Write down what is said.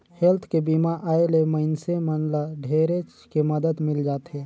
health के बीमा आय ले मइनसे मन ल ढेरेच के मदद मिल जाथे